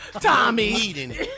Tommy